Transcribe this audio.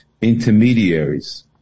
intermediaries